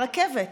ברכבת